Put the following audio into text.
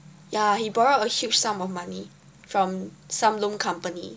ya he borrowed a huge sum of money from some loan company